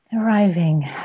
Arriving